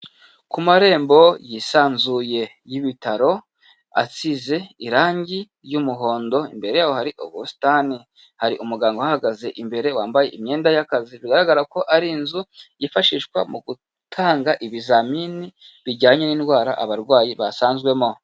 Ku marembo yisanzuye y'ibitaro asize irangi ry'umuhondo imbere hari ubusitani, hari umuganga uhahagaze imbere wambaye imyenda y'akazi bigaragara ko ari inzu yifashishwa mu gutanga ibizamini bijyanye n'indwara abarwayi basanzwemo.